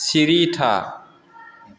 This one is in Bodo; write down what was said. सिरि था